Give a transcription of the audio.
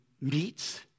meets